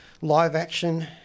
live-action